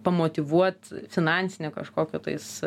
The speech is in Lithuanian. pamotyvuot finansine kažkokia tais